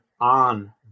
on